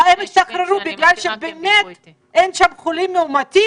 הם השתחררו באמת בגלל שאין שם חולים מאומתים,